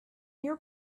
your